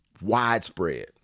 widespread